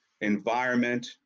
environment